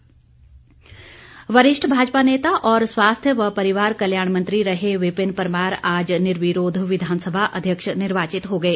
विधानसभा अध्यक्ष वरिष्ठ भाजपा नेता और स्वास्थ्य व परिवार कल्याण मंत्री रहे विपिन परमार आज निर्विरोध विधानसभा अध्यक्ष निर्वाचित हो गए